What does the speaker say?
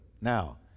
Now